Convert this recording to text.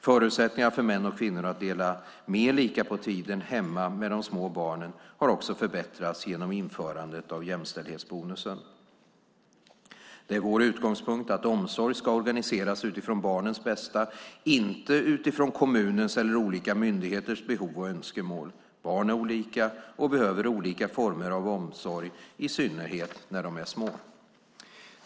Förutsättningarna för män och kvinnor att dela mer lika på tiden hemma med de små barnen har också förbättrats genom införandet av jämställdhetsbonusen. Det är vår utgångspunkt att omsorg ska organiseras utifrån barnets bästa - inte utifrån kommunens eller olika myndigheters behov och önskemål. Barn är olika och behöver olika former av omsorg, i synnerhet när de är små.